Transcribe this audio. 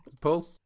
Paul